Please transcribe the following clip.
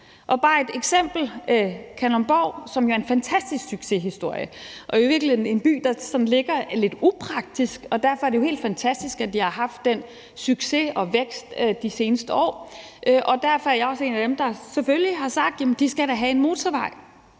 Bare et eksempel: Kalundborg er jo en fantastisk succeshistorie og i virkeligheden en by, som ligger lidt upraktisk, og derfor er det jo helt fantastisk, at de har haft den succes og vækst de seneste år. Derfor er jeg også en af dem, der selvfølgelig har sagt: Jamen de skal da have en motorvej.